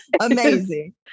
amazing